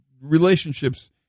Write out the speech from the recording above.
relationships